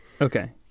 Okay